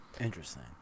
Interesting